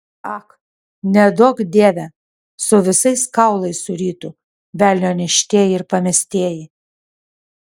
ak neduok dieve su visais kaulais surytų velnio neštieji ir pamestieji